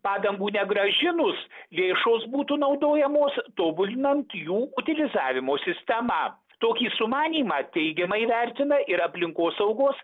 padangų negrąžinus lėšos būtų naudojamos tobulinant jų utilizavimo sistemą tokį sumanymą teigiamai vertina ir aplinkosaugos